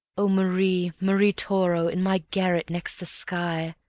oh marie, marie toro, in my garret next the sky,